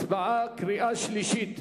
הצבעה בקריאה שלישית.